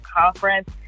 Conference